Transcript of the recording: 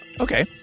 Okay